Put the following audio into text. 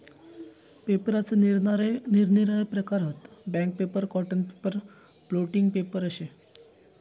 पेपराचे निरनिराळे प्रकार हत, bank paper, cotton paper, blotting paper अशे